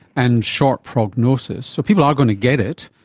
and short prognosis. so people are going to get it,